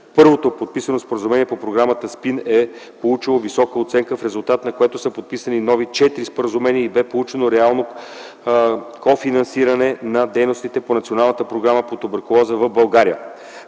Първото подписано споразумение по програма „СПИН” е получило висока оценка, в резултат на което са подписани нови четири споразумения и бе получено реално кофинансиране на дейностите по Националната програма по туберкулоза в България.